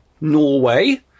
Norway